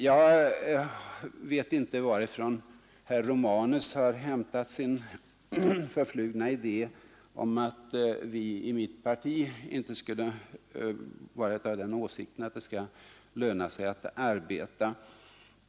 Jag vet inte varifrån herr Romanus har hämtat sin förflugna idé om att vi i mitt parti inte skulle vara av den åsikten att det skall löna sig att arbeta.